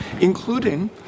including